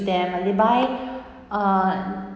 them they buy uh